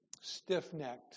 Stiff-necked